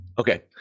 Okay